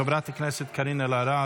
חברת הכנסת קארין אלהרר,